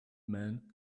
men